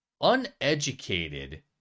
uneducated